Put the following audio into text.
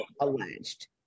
alleged